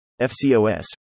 FCOS